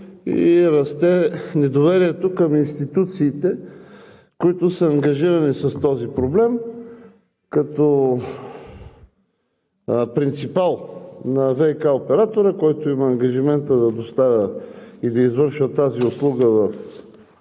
расте и недоверието към институциите, които са ангажирани с този проблем, като принципал на ВиК оператора, който има ангажимента да доставя и да извършва тази услуга в